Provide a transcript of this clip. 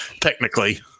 technically